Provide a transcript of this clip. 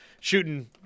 shooting –